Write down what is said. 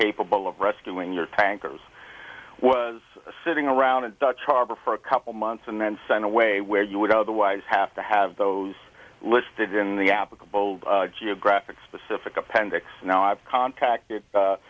capable of rescuing your tankers was sitting around a dutch harbor for a couple months and then sent away where you would otherwise have to have those listed in the applicable geographic specific appendix now i've contacted